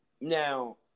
now